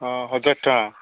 ହଁ ହଜାର ଟଙ୍କା